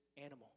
animal